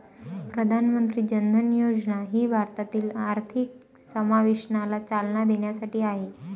प्रधानमंत्री जन धन योजना ही भारतातील आर्थिक समावेशनाला चालना देण्यासाठी आहे